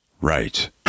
right